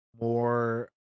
more